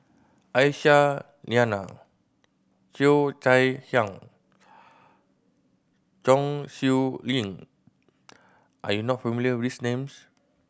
Aisyah Lyana Cheo Chai Hiang Chong Siew Ying are you not familiar with these names